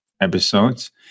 episodes